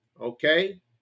okay